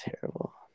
terrible